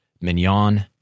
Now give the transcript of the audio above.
Mignon